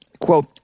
quote